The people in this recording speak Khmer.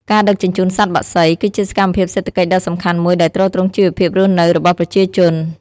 ការដឹកជញ្ជូនសត្វបក្សី គឺជាសកម្មភាពសេដ្ឋកិច្ចដ៏សំខាន់មួយដែលទ្រទ្រង់ជីវភាពរស់នៅរបស់ប្រជាជន។